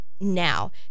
now